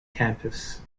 campus